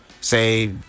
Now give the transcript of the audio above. say